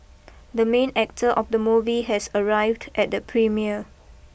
the main actor of the movie has arrived at the premiere